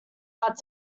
hard